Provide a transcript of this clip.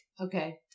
Okay